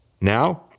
Now